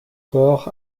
corps